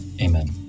amen